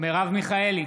מרב מיכאלי,